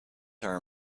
are